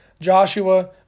Joshua